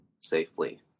safely